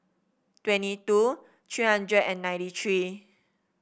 twenty two three hundred and ninety three